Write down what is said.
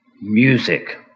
Music